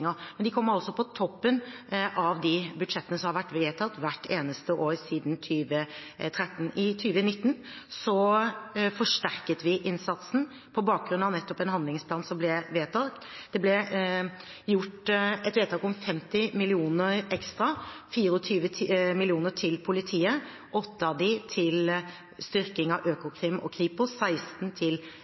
men de kommer altså på toppen av de budsjettene som har vært vedtatt hvert eneste år siden 2013. I 2019 forsterket vi innsatsen på bakgrunn av nettopp den handlingsplanen som ble vedtatt. Det ble gjort et vedtak om 50 mill. kr ekstra, 24 mill. kr til politiet – 8 av dem til styrking av Økokrim og Kripos, 16 til